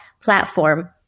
platform